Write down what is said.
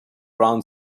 around